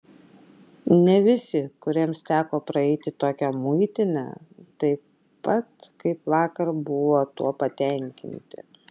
ne visi kuriems teko praeiti tokią muitinę taip pat kaip vakar buvo tuo patenkinti